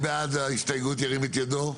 מי שבעד ההסתייגות שירים את ידו.